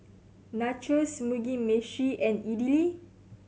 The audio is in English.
Nachos Mugi Meshi and Idili